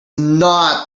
not